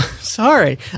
Sorry